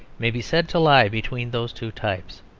may be said to lie between those two types.